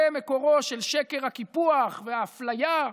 זה מקורו של שקר הקיפוח והאפליה.